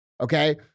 okay